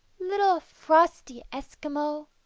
little frosty eskimo,